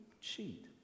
cheat